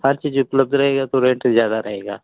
हर चीज़ उपलब्ध रहेगा तो रेन्ट ज़्यादा रहेगा